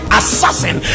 assassin